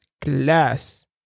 class